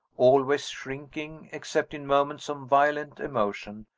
always shrinking, except in moments of violent emotion,